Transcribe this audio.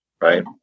right